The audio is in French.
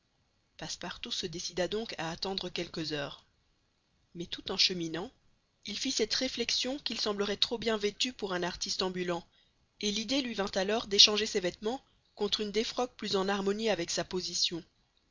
passepartout se décida donc à attendre quelques heures mais tout en cheminant il fit cette réflexion qu'il semblerait trop bien vêtu pour un artiste ambulant et l'idée lui vint alors d'échanger ses vêtements contre une défroque plus en harmonie avec sa position